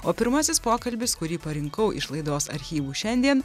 o pirmasis pokalbis kurį parinkau iš laidos archyvų šiandien